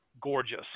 gorgeous